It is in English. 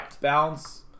bounce